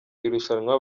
irushanwa